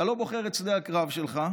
אתה לא בוחר את שדה הקרב שלך,